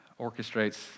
orchestrates